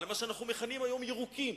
מה שאנו מכנים היום "ירוקים".